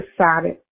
decided